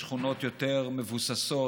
בשכונות יותר מבוססות,